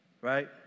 right